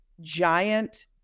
giant